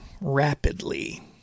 rapidly